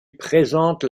présente